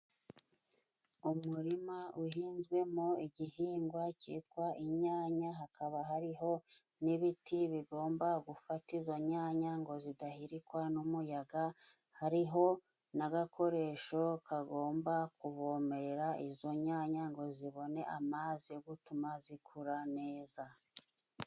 Umurima uhinzwemo igihingwa cyitwa inyanya hakaba hariho n'ibiti bigomba gufata izo nyanya ngo zidahirikwa n'umuyaga hariho n'agakoresho kagomba kuvomerera izo nyanya ngo zibone amazi gutuma zikura neza.